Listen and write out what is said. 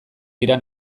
dira